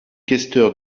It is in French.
questeur